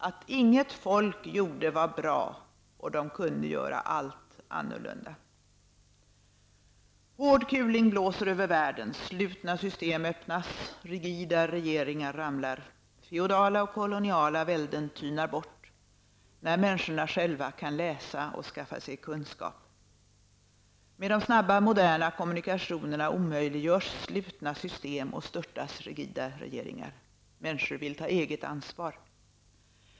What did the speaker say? Att inget folk gjorde var bra och de borde göra allt annorlunda.'' Hård kuling blåser över världen. Slutna system öppnas, rigida regeringar ramlar. Feodala och koloniala välden tynar bort när människorna själva kan läsa och skaffa sig kunskap. Med de snabba och moderna kommunikationerna omöjliggörs slutna system, och rigida regeringar störtas. Människor vill ta eget ansvar.